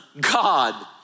God